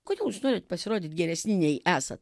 kodėl jūs norit pasirodyti geresni nei esat